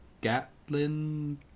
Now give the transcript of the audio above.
gatlin